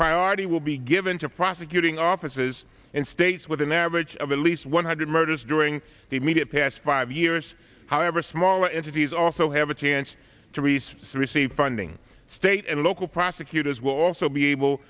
priority will be given to prosecuting offices in states with an average of a least one hundred murders during the immediate past five years however smaller entities also have a chance to receive funding state and local prosecutors will also be able